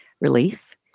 relief